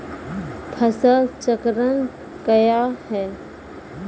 फसल चक्रण कया हैं?